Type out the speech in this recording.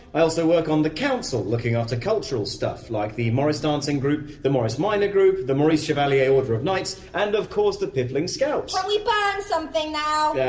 i also work on the council looking after cultural stuff, like the morris dancing group, the morris minor group, the maurice chevalier order of knights, and of course the piffling scouts. can we burn something now? er,